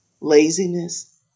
laziness